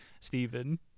Stephen